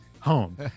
home